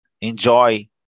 enjoy